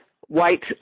white